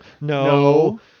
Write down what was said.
No